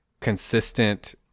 consistent